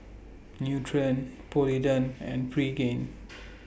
Nutren Polident and Pregain